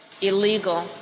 illegal